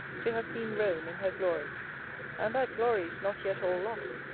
to have seen rome in her glory and that glory is not yet all lost,